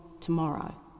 tomorrow